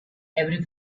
every